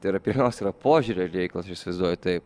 tai yra pirmiausia yra požiūrio reikalas aš įsivaizduoju taip